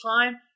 time